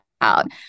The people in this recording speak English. out